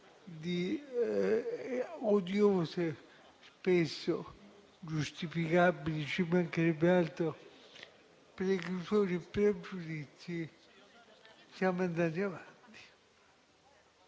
di odiosi - spesso giustificabili, ci mancherebbe altro - preclusioni e pregiudizi, siamo andati avanti.